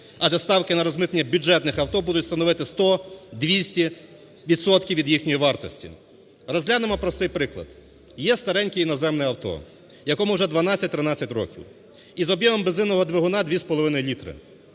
адже ставки на розмитнення бюджетних авто будуть становити 100, 200 відсотків від їхньої вартості. Розглянемо простий приклад. Є стареньке іноземне авто, якому вже 12-13 років, із об'ємом бензинового двигуна 2,5 літра.